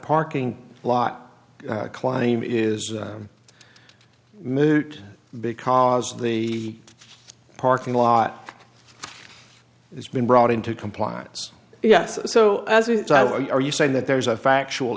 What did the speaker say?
parking lot claim is moot because the parking lot has been brought into compliance yes so are you saying that there's a factual